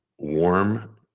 warm